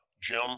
Jim